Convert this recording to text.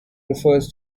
refers